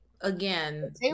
again